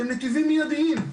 שהם נתיבים מידיים,